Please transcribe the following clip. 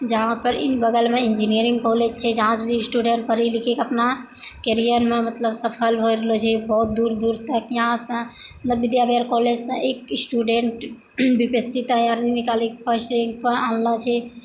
जहाँपर बगलमे engineering college छै जहाँसँ भी स्टूडेन्ट पढ़ि लिखिकऽअपना कैरियरमे मतलब सफल भऽ रहलऽ छै बहुत दूर दूर तक यहाँसँ विद्याविहार कॉलेजसँ एक student B P S C तैयारी निकालिकऽ आनलऽ छै